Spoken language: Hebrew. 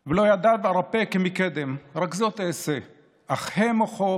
/ ולא ידיו ארפה כמקדם, / רק זאת אעשה: אכהה מוחו